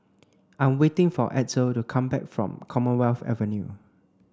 I'm waiting for Edsel to come back from Commonwealth Avenue